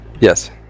Yes